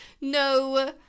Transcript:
no